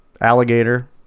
alligator